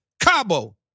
Cabo